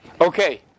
Okay